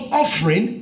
offering